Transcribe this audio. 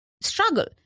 struggle